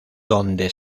donde